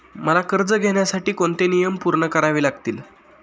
मला कर्ज घेण्यासाठी कोणते नियम पूर्ण करावे लागतील?